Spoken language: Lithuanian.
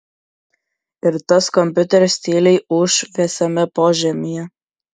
ir tas kompiuteris tyliai ūš vėsiame požemyje